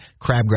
crabgrass